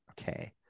Okay